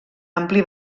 ampli